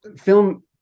Film